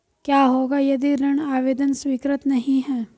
क्या होगा यदि ऋण आवेदन स्वीकृत नहीं है?